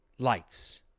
Lights